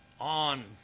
on